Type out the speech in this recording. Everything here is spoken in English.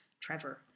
Trevor